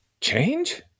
Change